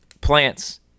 plants